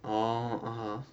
orh